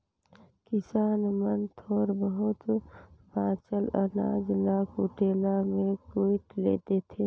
किसान मन थोर बहुत बाचल अनाज ल कुटेला मे कुइट देथे